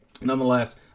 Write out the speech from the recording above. nonetheless